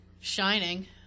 Shining